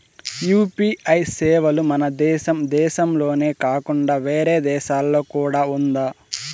UPI సేవలు మన దేశం దేశంలోనే కాకుండా వేరే దేశాల్లో కూడా ఉందా?